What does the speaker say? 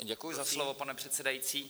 Děkuji za slovo, pane předsedající.